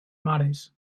mares